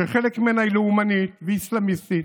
שחלק ממנה לאומנית ואסלאמיסטית